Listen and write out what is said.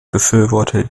befürworte